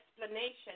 explanation